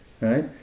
right